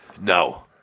No